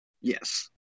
Yes